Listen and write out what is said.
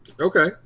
Okay